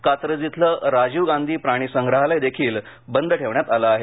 कात्रज इथलं राजीव गांधी प्राणीसंग्रहालयदेखील बंद ठेवण्यात आलं आहे